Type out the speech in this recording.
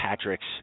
Patrick's